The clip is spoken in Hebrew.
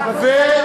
התווכחנו אתו,